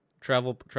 travel